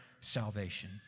salvation